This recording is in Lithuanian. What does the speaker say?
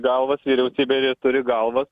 galvas vyriausybė ir turi galvas